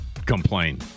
Complain